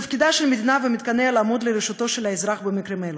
תפקידה של מדינה ומתקניה לעמוד לרשותו של האזרח במקרים אלה.